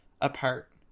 apart